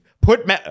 put